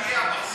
בבקשה.